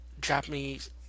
Japanese